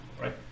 right